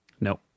No